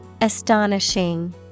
Astonishing